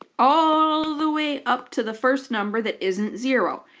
all the way up to the first number that isn't zero,